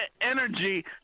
energy